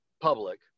public